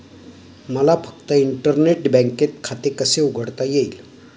मला फक्त इंटरनेट बँकेत खाते कसे उघडता येईल?